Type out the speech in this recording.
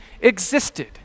existed